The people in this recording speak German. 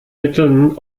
mitteln